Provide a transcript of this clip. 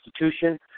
institution